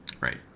Right